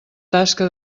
tasca